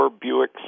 Buick